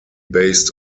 based